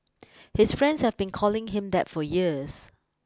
his friends have been calling him that for years